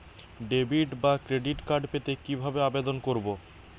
Debit বা credit card পেতে কি ভাবে আবেদন করব?